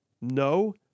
No